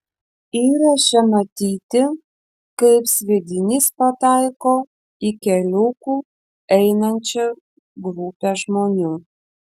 įraše matyti kaip sviedinys pataiko į keliuku einančią grupę žmonių